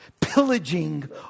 pillaging